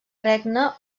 regne